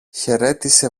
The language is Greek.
χαιρέτησε